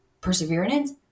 perseverance